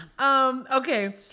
Okay